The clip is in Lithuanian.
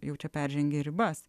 jau čia peržengei ribas